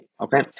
Okay